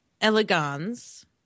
elegans